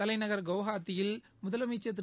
தலைநகர் குவஹாத்தியில் முதலமைச்சர் திரு